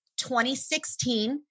2016